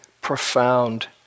profound